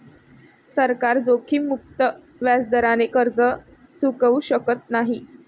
सरकार जोखीममुक्त व्याजदराने कर्ज चुकवू शकत नाही